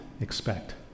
expect